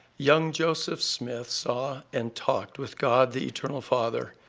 young joseph smith saw and talked with god, the eternal father,